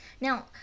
Now